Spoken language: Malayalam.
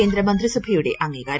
കേന്ദ്ര മന്ത്രിസഭയുടെ അംഗീകാരം